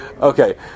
Okay